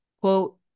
Quote